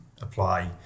apply